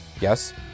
Yes